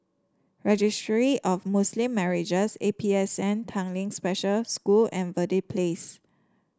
Registry of Muslim Marriages A P S N Tanglin Special School and Verde Place